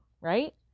right